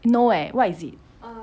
no eh why is it